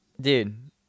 dude